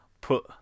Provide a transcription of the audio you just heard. put